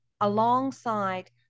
alongside